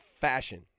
Fashion